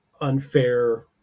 unfair